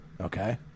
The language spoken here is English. Okay